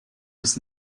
was